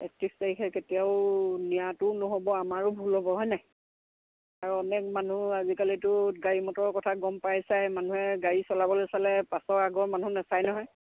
একত্ৰিছ তাৰিখে কেতিয়াও নিয়াটোও নহ'ব আমাৰো ভুল হ'ব হয়নে আৰু অনেক মানুহ আজিকালিতো গাড়ী মটৰৰ কথা গম পাইছাই মানুহে গাড়ী চলাবলৈ চালে পাছৰ আগৰ মানুহ নাচাই নহয়